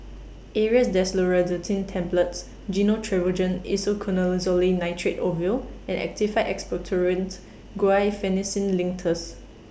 Aerius DesloratadineTablets Gyno Travogen Isoconazole Nitrate Ovule and Actified Expectorant Guaiphenesin Linctus